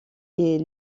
est